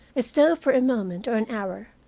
as though, for a moment or an hour,